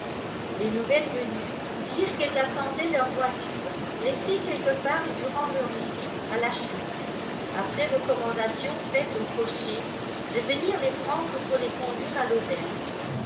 les nouvelles venues dirent qu'elles attendaient leur voiture laissée quelque part durant leur visite à la chute après recommandation faite au cocher de venir les prendre pour les conduire à l'auberge